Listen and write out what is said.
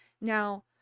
Now